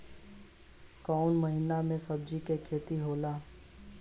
कोउन महीना में सब्जि के खेती होला?